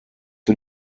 für